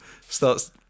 starts